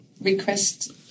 request